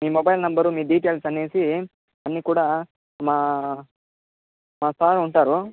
మీ mobile number మీ details అనేసి అన్నీ కూడా మా మా సార్ ఉంటారు